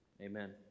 amen